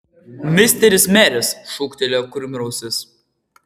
misteris meris šūktelėjo kurmrausis